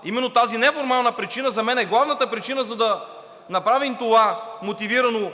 Именно тази неформална причина за мен е главната причина, за да направим това мотивирано